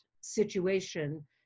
situation